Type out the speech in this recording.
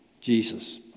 Jesus